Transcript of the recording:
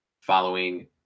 following